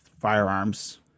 firearms